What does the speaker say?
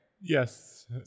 yes